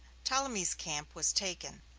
ptolemy's camp was taken.